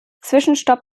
zwischenstopp